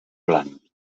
blanc